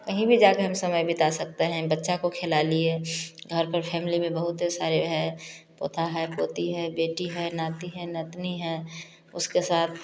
कहीं भी जाकर हम समय बिता सकते हैं बच्चा को खेला लिए घर पर फैमिली में बहुत सारे हैं पोता है पोती है बेटी है नाती है नतनी है उसके साथ